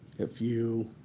if you